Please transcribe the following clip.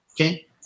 Okay